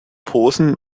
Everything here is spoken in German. posen